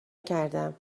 کردم